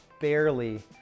barely